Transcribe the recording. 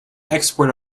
export